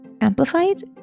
Amplified